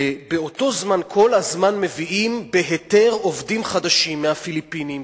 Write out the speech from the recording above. ובאותו זמן כל הזמן מביאים בהיתר עובדים חדשים מהפיליפינים,